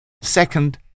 Second